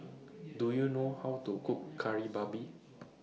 Do YOU know How to Cook Kari Babi